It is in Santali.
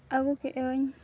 ᱟᱹᱜᱩ ᱠᱮᱫᱟᱹᱧ